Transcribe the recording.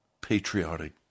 patriotic